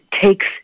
takes